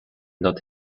not